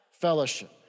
fellowship